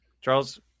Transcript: Charles